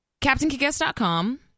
captainkickass.com